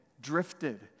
drifted